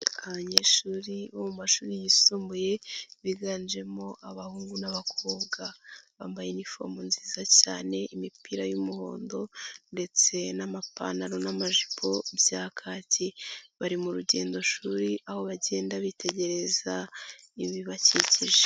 Abanyeshuri bo mu mashuri yisumbuye, biganjemo abahungu n'abakobwa, bambaye inifomu nziza cyane imipira y'umuhondo ndetse n'amapantaro n'amajipo bya kaki, bari mu rugendo shuri aho bagenda bitegereza ibibakikije.